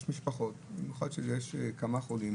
יש משפחות, במיוחד כאשר יש כמה חולים,